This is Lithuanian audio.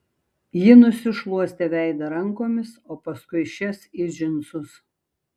ji nusišluostė veidą rankomis o paskui šias į džinsus